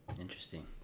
interesting